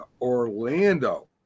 Orlando